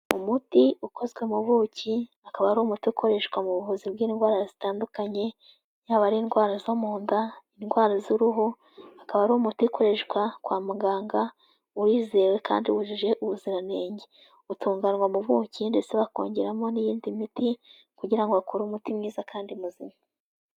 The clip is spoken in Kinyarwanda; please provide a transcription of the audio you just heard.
Umuti ukozwe mu buki, akaba ari umuti ukoreshwa mu buvuzi bw'indwara zitandukanye, yaba ari indwara zo mu nda, indwara z'uruhu, akaba ari umuti ukoreshwa kwa muganga, urizewe kandi wujuje ubuziranenge, utunganywa mu buki ndetse akongeramo n'iyindi miti, kugira ngo bakore umuti mwiza kandi muzima.